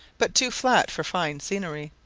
but too flat for fine scenery.